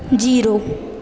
zero